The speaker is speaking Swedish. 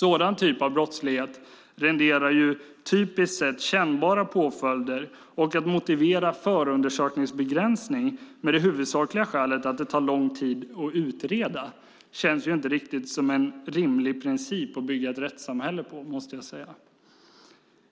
Sådan typ av brottslighet renderar ju, typiskt sett, kännbara påföljder, och att motivera förundersökningsbegränsning med det huvudsakliga skälet att det tar lång tid att utreda känns inte som en rimlig princip att bygga ett rättssamhälle på.